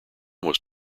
was